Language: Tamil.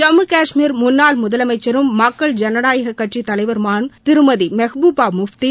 ஜம்மு காஷ்மீர் முன்னாள் முதலமைச்சரும் மக்கள் ஜனநாயக கட்சித் தலைவருமான திருமதி மெஹ்பூபா முப்தி